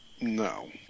No